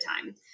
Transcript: time